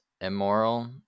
immoral